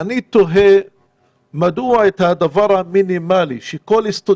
אני תוהה מה קורה לגבי הדבר המינימלי שכל סטודנט